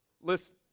Listen